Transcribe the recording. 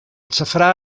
safrà